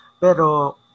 Pero